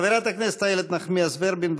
חברת הכנסת איילת נחמיאס ורבין.